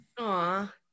Aw